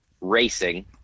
racing